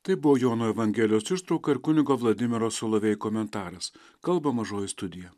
tai buvo jono evangelijos ištrauka ir kunigo vladimiro solovej komentaras kalba mažoji studija